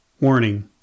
Warning